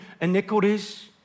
iniquities